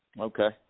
Okay